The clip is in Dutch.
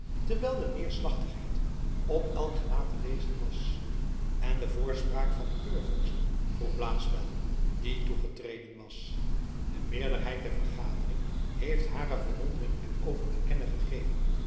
terwijl de neêrslachtigheid op elk gelaat te lezen was en de voorspraak van den keurvorst vroeg blaespeil die toegetreden was de meerderheid der vergadering heeft hare verwondering er over te kennen gegeven